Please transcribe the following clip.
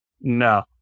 No